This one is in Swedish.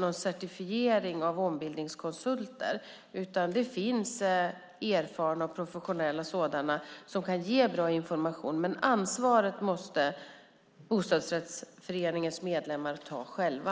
någon certifiering av ombildningskonsulter. Det finns erfarna och professionella sådana som kan ge bra information. Ansvaret måste ändå bostadsrättsföreningens medlemmar ta själva.